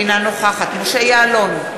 אינה נוכחת משה יעלון,